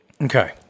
okay